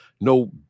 No